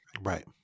Right